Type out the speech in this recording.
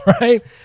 right